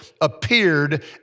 appeared